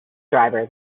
driver